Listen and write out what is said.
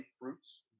fruits